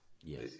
Yes